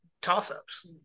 toss-ups